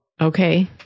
Okay